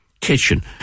kitchen